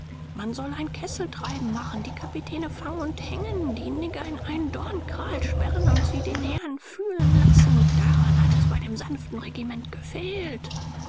man soll ein kesseltreiben machen die kapitäne fangen und hängen die nigger in einen dornkral sperren und sie den herrn fühlen lassen daran hat es bei dem sanften regiment gefehlt